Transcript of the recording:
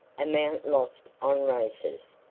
amount lost on races.